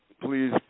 please